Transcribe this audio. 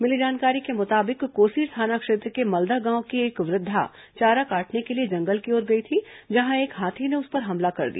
मिली जानकारी के मुताबिक कोसीर थाना क्षेत्र के मल्दा गांव की एक वृद्वा चारा काटने के लिए जंगल की ओर गई थी जहां एक हाथी ने उस पर हमला कर दिया